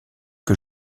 que